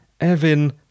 Evin